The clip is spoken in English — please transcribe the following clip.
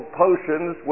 potions